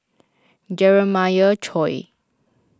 Jeremiah Choy